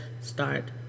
start